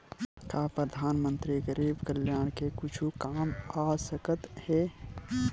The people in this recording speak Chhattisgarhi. का परधानमंतरी गरीब कल्याण के कुछु काम आ सकत हे